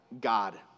God